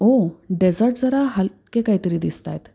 ओ dessert जरा हटके काय तरी दिसत आहेत